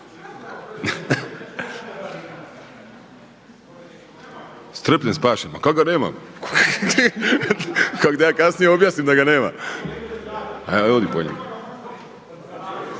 Strpljen, spašen. Pa kak ga nema, kako da ja kasnije objasnim da ga nema. evo ga